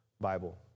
Bible